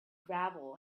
gravel